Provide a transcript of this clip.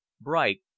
bright